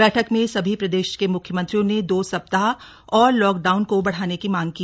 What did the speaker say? बैठक में सभी प्रदेश के मुख्यमंत्रियों ने दो सप्ताह और लॉकडाउन को बढ़ाने की मांग की